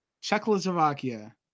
Czechoslovakia